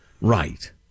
Right